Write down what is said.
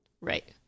Right